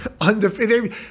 undefeated